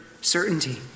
certainty